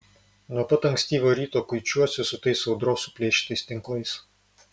nuo pat ankstyvo ryto kuičiuosi su tais audros suplėšytais tinklais